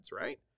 right